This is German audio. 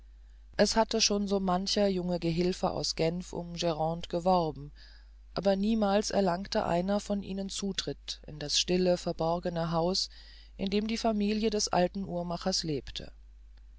es hatte schon so mancher junge gehilfe aus genf um grande geworben aber niemals erlangte einer von ihnen zutritt in das stille verborgene haus in dem die familie des alten uhrmachers lebte